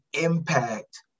impact